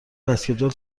بسکتبال